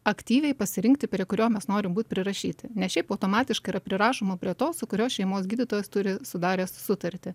aktyviai pasirinkti prie kurio mes norim būt prirašyti šiaip automatiškai yra prirašoma prie tos su kurios šeimos gydytojas turi sudaręs sutartį